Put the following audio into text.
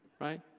right